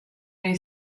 new